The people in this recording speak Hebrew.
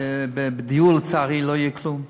בדיור לצערי לא יהיה כלום,